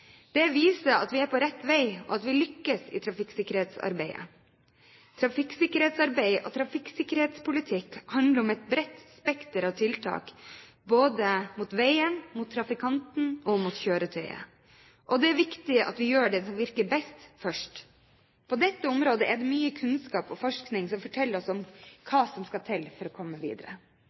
Det viser at vi er på rett vei, og at vi lykkes i trafikksikkerhetsarbeidet. Trafikksikkerhetsarbeid og trafikksikkerhetspolitikk handler om et bredt spekter av tiltak både for veien, for trafikanten og mot kjøretøyet. Og det er viktig at vi gjør det som virker best, først. På dette området er det mye kunnskap og forskning som forteller oss hva som skal til for å komme videre.